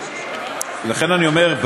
לכן אני אומר,